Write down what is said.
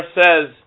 says